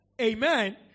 Amen